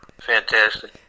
Fantastic